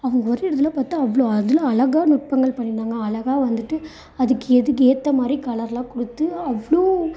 அவங்க வரையுறதுலாம் பார்த்தா அவ்வளோ அதில் அழகாக நுட்பங்கள் பண்ணியிருந்தாங்க அழகாக வந்துவிட்டு அதுக்கு எதுக்கு ஏற்ற மாதிரி கலர்லாம் கொடுத்து அவ்வளோ